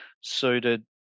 suited